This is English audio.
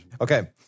Okay